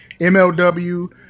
MLW